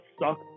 suck